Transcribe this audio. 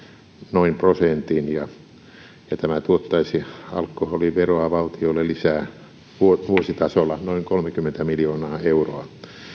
noin prosentin ja ja tämä tuottaisi alkoholiveroa valtiolle lisää vuositasolla noin kolmekymmentä miljoonaa euroa